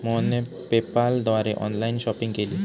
मोहनने पेपाल द्वारे online shopping केली